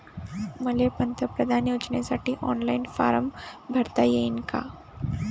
मले पंतप्रधान योजनेसाठी ऑनलाईन फारम भरता येईन का?